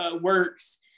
works